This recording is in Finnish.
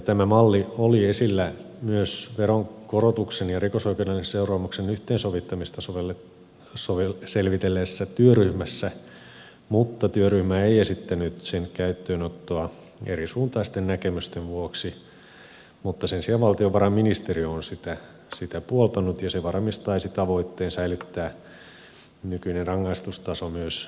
tämä malli oli esillä myös veronkorotuksen ja rikosoikeudellisen seuraamuksen yhteensovittamista selvitelleessä työryhmässä mutta työryhmä ei esittänyt sen käyttöönottoa erisuuntaisten näkemysten vuoksi mutta sen sijaan valtiovarainministeriö on sitä puoltanut ja se varmistaisi tavoitteen säilyttää nykyinen rangaistustaso myös jatkossa